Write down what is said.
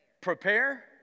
Prepare